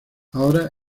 ahora